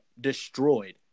destroyed